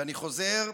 ואני חוזר,